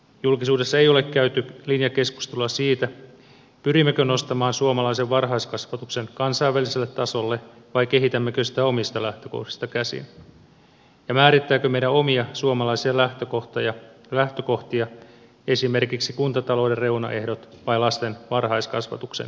julkisuudessa ei ole käyty linjakeskustelua siitä pyrimmekö nostamaan suomalaisen varhaiskasvatuksen kansainväliselle tasolle vai kehitämmekö sitä omista lähtökohdista käsin ja määrittävätkö meidän omia suomalaisia lähtökohtiamme esimerkiksi kuntatalouden reunaehdot vai lasten varhaiskasvatuksen kehittäminen